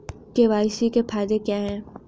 KYC के फायदे क्या है?